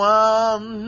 one